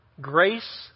grace